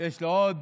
יש לי עוד